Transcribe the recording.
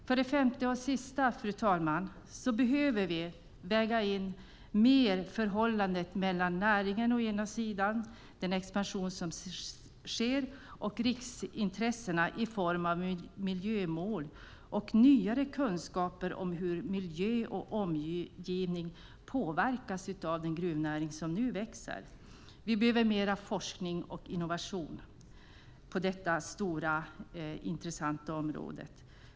För det femte och sista, fru talman, behöver vi mer väga in förhållandet mellan å ena sidan näringen och den expansion som sker och å andra sidan riksintressena i form av miljömål och nyare kunskaper om hur miljö och omgivning påverkas av den gruvnäring som nu växer. Vi behöver mer av forskning och innovation på detta stora och intressanta område.